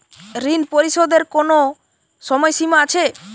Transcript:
ঋণ পরিশোধের কোনো সময় সীমা আছে?